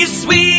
sweet